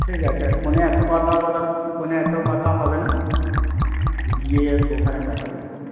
ঠিক আছে আর ফোনে এত কথা বলা ফোনে এত কথা হবে না গিয়ে ওখানে কথা বলবো